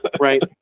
right